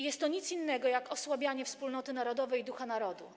Jest to nic innego, jak osłabianie wspólnoty narodowej i ducha narodu.